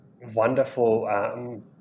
wonderful